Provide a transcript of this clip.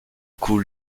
coup